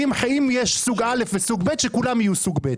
אם יש סוג א' וסוג ב', שכולם יהיו סוג ב'.